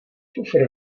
kufr